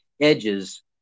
edges